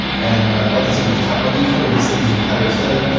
and like i said, we could talk about each one of these things in entire study,